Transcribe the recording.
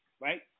Right